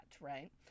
right